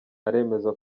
aremeza